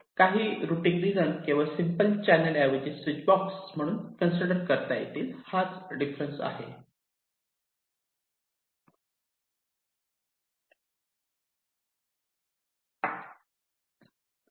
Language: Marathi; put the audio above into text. काही रुटींग रीजन केवळ सिम्पल चॅनेल ऐवजी स्विच बॉक्स म्हणून कन्सिडर करता येईल येईल